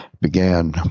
began